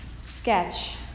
sketch